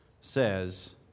says